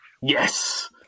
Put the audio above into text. Yes